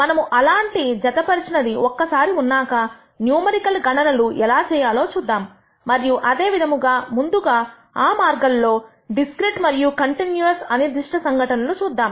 మనము అలాంటి జతపరిచినది ఒక్కసారి ఉన్నాక న్యూమరికల్ గణనలు ఎలా చేయాలో చూద్దాం మరియు అదే విధముగా ముందుగా ఆ మార్గంలో డిస్క్రీట్ మరియు కంటిన్యూయస్ అనిర్దిష్ట సంఘటన లు చూద్దాం